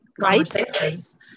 conversations